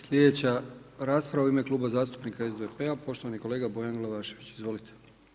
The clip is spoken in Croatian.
Sljedeća rasprava u ime Kluba zastupnika SDP-a poštovani kolega Bojan Glavašević, izvolite.